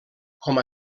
com